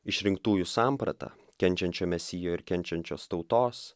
išrinktųjų samprata kenčiančio mesijo ir kenčiančios tautos